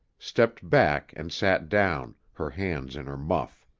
stepped back and sat down, her hands in her muff.